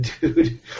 dude